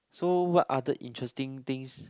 so what other interesting things